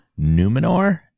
Numenor